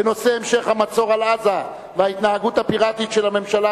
בנושא: המשך המצור על עזה וההתנהגות הפיראטית של הממשלה,